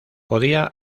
podía